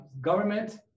Government